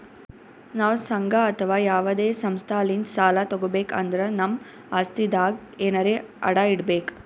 ನಾವ್ ಸಂಘ ಅಥವಾ ಯಾವದೇ ಸಂಸ್ಥಾಲಿಂತ್ ಸಾಲ ತಗೋಬೇಕ್ ಅಂದ್ರ ನಮ್ ಆಸ್ತಿದಾಗ್ ಎನರೆ ಅಡ ಇಡ್ಬೇಕ್